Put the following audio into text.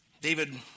David